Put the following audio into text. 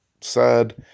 sad